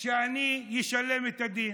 שאני אשלם את הדין.